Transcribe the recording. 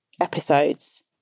episodes